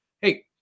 Hey